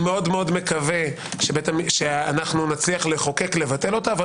אני מאוד מקווה שנצליח לחוקק לבטל אותה אבל